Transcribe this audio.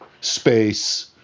Space